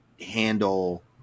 handle